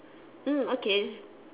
mm okay